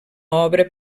obra